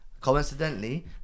coincidentally